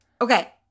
Okay